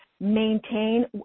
maintain